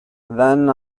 then